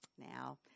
Now